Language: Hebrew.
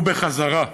ובחזרה,